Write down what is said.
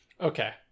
Okay